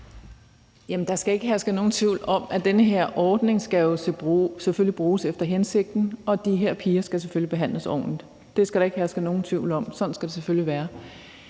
Der skal ikke herske nogen tvivl om, at den her ordning jo selvfølgelig skal bruges efter hensigten, og at de her piger selvfølgelig skal behandles ordentligt. Det skal der ikke herske nogen tvivl om; sådan skal det selvfølgelig være.